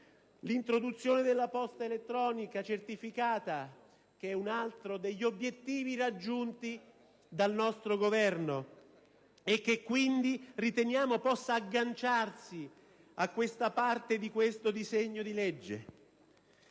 l'introduzione della posta elettronica certificata: un altro degli obiettivi raggiunti dal nostro Governo, e che quindi riteniamo possa ricollegarsi a questa parte del disegno di legge